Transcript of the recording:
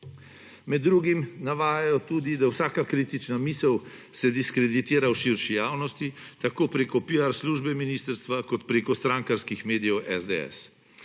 Med drugim navajajo tudi, da vsaka kritična misel se diskreditira v širši javnosti, tako preko piar službe ministrstva kot preko strankarskih medijev SDS.